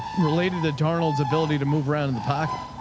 related to donald's ability to move around in the pocket.